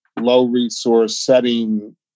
low-resource-setting